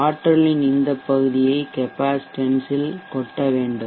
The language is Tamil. ஆற்றலின் இந்த பகுதியை கெப்பாசிட்டன்சஸ் ல் கொட்ட வேண்டும்